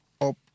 up